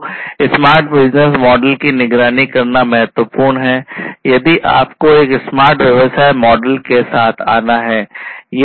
तो smart business model में निगरानी करना महत्वपूर्ण है यदि आपको एक स्मार्ट व्यवसाय मॉडल के साथ आना है